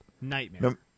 Nightmare